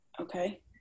Okay